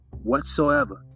Whatsoever